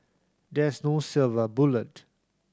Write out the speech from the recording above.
there is no silver bullet